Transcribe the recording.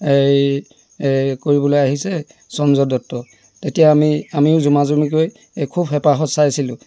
কৰিবলৈ আহিছে সঞ্জয় দত্তই তেতিয়া আমি আমিও জুমা জুমিকৈ খুব হেপাহত চাইছিলোঁ